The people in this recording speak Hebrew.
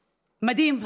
מדהים.